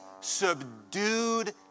subdued